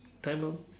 time up